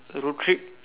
road trip